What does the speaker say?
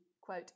quote